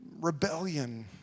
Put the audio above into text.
rebellion